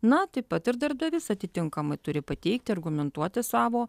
na taip pat ir darbdavys atitinkamai turi pateikti argumentuoti savo